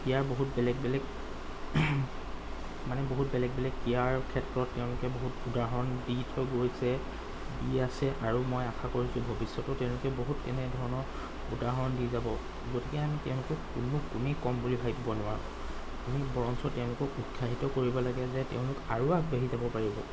ক্ৰীড়াৰ বহুত বেলেগ বেলেগ মানে বহুত বেলেগ বেলেগ ক্ৰীড়াৰ ক্ষেত্ৰত তেওঁলোকে বহুত উদাহৰণ দি থৈ গৈছে দি আছে আৰু মই আশা কৰিছোঁ ভৱিষ্যতেও তেওঁলোকে বহুত এনেধৰণৰ উদাহৰণ দি যাব গতিকে আমি তেওঁলোকক কোনো গুণেই কম বুলি ভাবিব নোৱাৰোঁ আমি বৰঞ্চ তেওঁলোকক উৎসাহিত কৰিব লাগে যে তেওঁলোক আৰু আগবাঢ়ি যাব পাৰিব